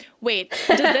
Wait